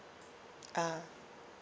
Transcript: ah